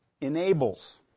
Enables